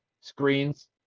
screens